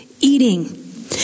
Eating